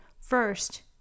First